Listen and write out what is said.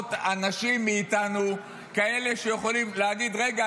שפחות אנשים מאיתנו כאלה שיכולים להגיד: רגע,